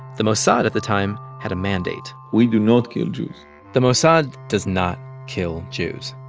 the mossad at the time had a mandate we do not kill jews the mossad does not kill jews.